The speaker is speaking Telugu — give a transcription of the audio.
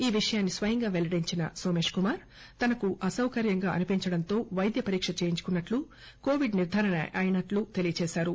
ఈ విషయాన్ని స్వయంగా పెల్లడించిన సోమేశ్ కుమార్ తనకు అసౌకర్యంగా అనిపించడంతో వైద్యపరీక చేయించుకున్న ట్లు కోవిడ్ నిర్దారణ అయినట్లు తెలియజేశారు